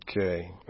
Okay